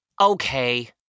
Okay